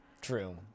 True